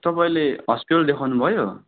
तपाईँले हस्पिटल देखाउनुभयो